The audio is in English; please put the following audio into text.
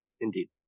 indeed